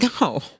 No